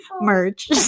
Merch